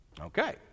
Okay